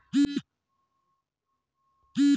मले किती बँकेत बचत खात खोलता येते?